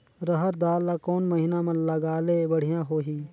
रहर दाल ला कोन महीना म लगाले बढ़िया होही?